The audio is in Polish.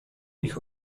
ich